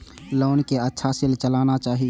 Loan के अच्छा से चलाना चाहि?